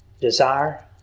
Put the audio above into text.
desire